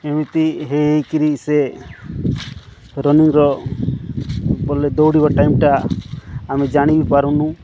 ଏମିତି ହୋଇ ହୋଇକରି ସେ ରନିଂର ବଲେ ଦୌଡ଼ିବା ଟାଇମ୍ଟା ଆମେ ଜାଣି ପାରୁନୁ